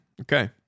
Okay